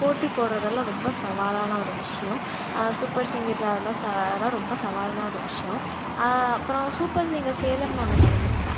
போட்டி போடுறதெல்லாம் ரொம்ப சவாலான ஒரு விஷயோம் சூப்பர் சிங்கர் அதெலாம் ச அதெலாம் ரொம்ப சவாலான ஒரு விஷயோம் அப்பறம் சூப்பர் சிங்கர் சேலம்னு ஒன்று கலந்துக்கிட்டேன்